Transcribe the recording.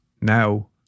Now